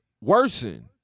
worsen